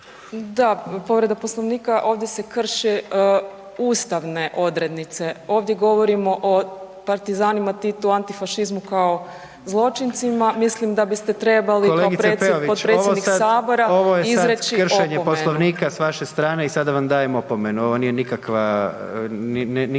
Da, povreda Poslovnika, ovdje se krše ustavne odrednice, ovdje govorimo o partizanima, Titu, antifašizmu kao zločincima, mislim da biste trebali kao predsjednik Sabora izreći opomenu.